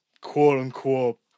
quote-unquote